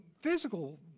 physical